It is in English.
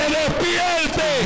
despierte